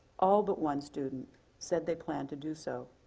all but one student said they planned to do so.